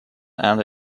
and